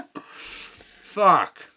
Fuck